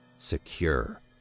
Secure